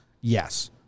yes